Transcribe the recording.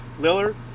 Lillard